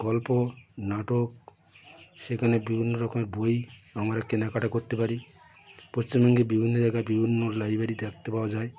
গল্প নাটক সেখানে বিভিন্ন রকমের বই আমরা কেনাকাটা করতে পারি পশ্চিমবঙ্গে বিভিন্ন জায়গায় বিভিন্ন লাইব্রেরি দেখতে পাওয়া যায়